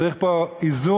צריך פה איזון,